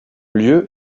lieux